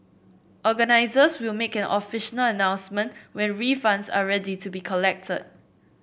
organisers will make an official announcement when refunds are ready to be collected